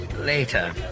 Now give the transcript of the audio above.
Later